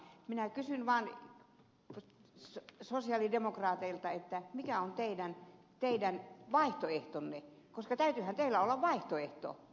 minä kysyn vaan sosialidemokraateilta mikä on teidän vaihtoehtonne koska täytyyhän teillä olla vaihtoehto